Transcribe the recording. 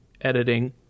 editing